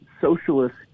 socialist